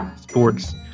sports